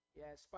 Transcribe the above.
yes